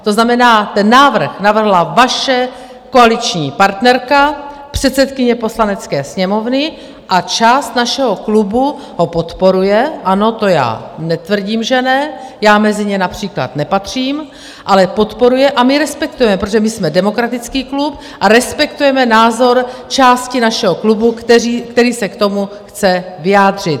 To znamená, ten návrh navrhla vaše koaliční partnerka, předsedkyně Poslanecké sněmovny, a část našeho klubu ho podporuje ano, já netvrdím, že ne, já mezi ně například nepatřím, ale podporuje a my respektujeme, protože my jsme demokratický klub a respektujeme názor části našeho klubu, který se k tomu chce vyjádřit.